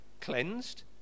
cleansed